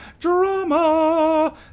drama